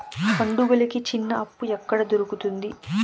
పండుగలకి చిన్న అప్పు ఎక్కడ దొరుకుతుంది